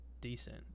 decent